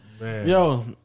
Yo